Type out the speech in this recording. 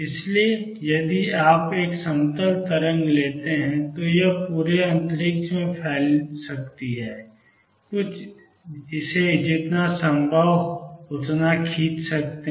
इसलिए यदि आप एक समतल तरंग लेते हैं तो यह पूरे अंतरिक्ष में फैल सकती है कुछ इसे जितना संभव हो उतना खींच सकते हैं